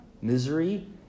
misery